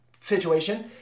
situation